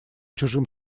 чужим